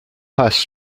has